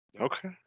Okay